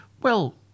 Well